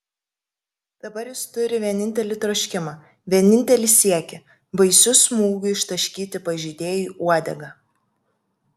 dabar jis turi vienintelį troškimą vienintelį siekį baisiu smūgiu ištaškyti pažeidėjui uodegą